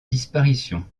disparition